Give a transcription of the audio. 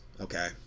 Okay